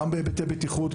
גם בהיבטי בטיחות,